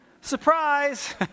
Surprise